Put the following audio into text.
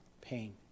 pain